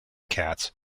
cats